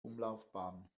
umlaufbahn